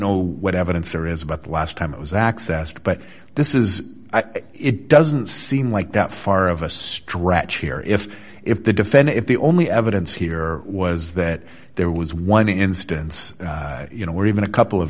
know what evidence there is about the last time it was accessed but this is it doesn't seem like that far of a stretch here if if the defendant if the only evidence here was that there was one instance you know where even a couple of